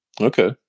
Okay